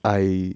I